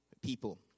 people